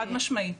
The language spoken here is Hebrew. חד משמעית.